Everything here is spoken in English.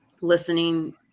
listening